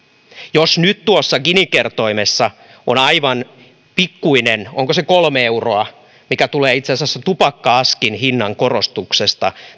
jos nyt tuossa gini kertoimessa on aivan pikkuinen muutos näihin tuloeroihin onko se kolme euroa mikä tulee itse asiassa tupakka askin hinnan korotuksesta